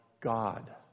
God